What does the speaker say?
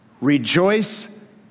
rejoice